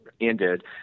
ended